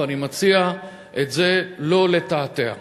ואני מציע את זה לא לטאטא.